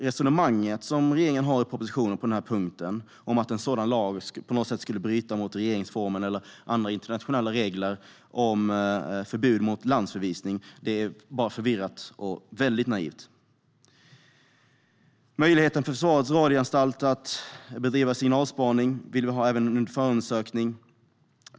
Regeringens resonemang i propositionen om att en sådan lag skulle bryta mot regeringsformen eller andra internationella regler om förbud mot landsförvisning är förvirrat och naivt. Vi vill att Försvarets radioanstalt ska ha möjlighet att bedriva signalspaning även under förundersökning.